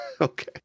Okay